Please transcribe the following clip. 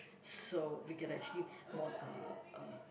so we can actually more uh uh